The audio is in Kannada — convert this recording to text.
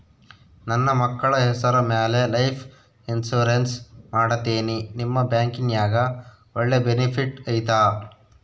ನನ್ನ ಮಕ್ಕಳ ಹೆಸರ ಮ್ಯಾಲೆ ಲೈಫ್ ಇನ್ಸೂರೆನ್ಸ್ ಮಾಡತೇನಿ ನಿಮ್ಮ ಬ್ಯಾಂಕಿನ್ಯಾಗ ಒಳ್ಳೆ ಬೆನಿಫಿಟ್ ಐತಾ?